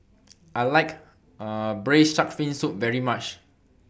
I like Braised Shark Fin Soup very much